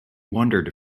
wondered